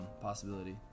possibility